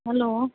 hello